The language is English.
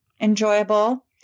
enjoyable